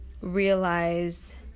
realize